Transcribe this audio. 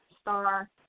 Star